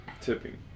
tipping